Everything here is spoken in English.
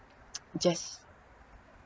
just